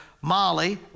Molly